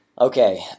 Okay